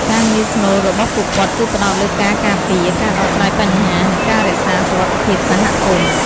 ការងារស្នូលរបស់ពួកគាត់គឺផ្តោតលើការការពារ ការដោះស្រាយបញ្ហា និងការរក្សាសុវត្ថិភាពសហគមន៍។